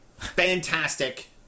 fantastic